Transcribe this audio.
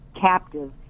captive